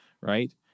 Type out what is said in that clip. Right